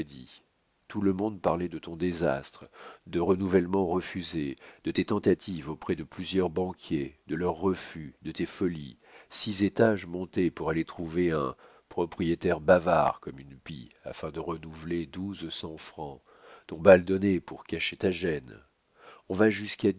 tout le monde parlait de ton désastre de renouvellements refusés de tes tentatives auprès de plusieurs banquiers de leurs refus de tes folies six étages montés pour aller trouver un propriétaire bavard comme une pie afin de renouveler douze cents francs ton bal donné pour cacher ta gêne on va